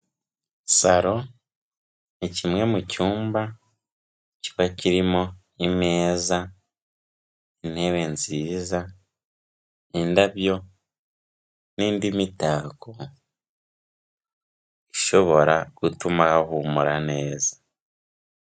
Salo ni kimwe mu cyumba kiba kirimo imeza, intebe nziza, indabyo n'indi mitako ishobora gutuma hahumura neza.